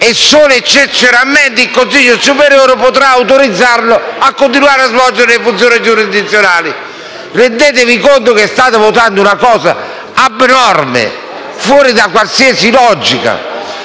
e solo eccezionalmente il Consiglio superiore della magistratura potrà autorizzarlo a svolgere le funzioni giurisdizionali. Rendetevi conto che state votando una cosa abnorme, fuori da qualsiasi logica.